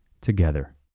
together